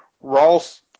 Ross